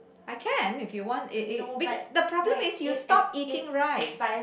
I can if you want it it big the problem is you stop eating rice